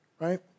right